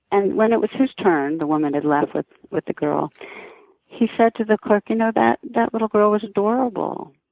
and, when it was his turn the woman had left with with the girl he said to the clerk, you know that that little girl was adorable.